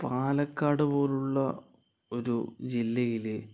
പാലക്കാട് പോലുള്ള ഒരു ജില്ലയിലെ